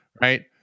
Right